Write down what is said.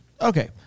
Okay